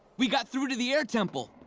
we got through to the air temple.